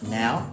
now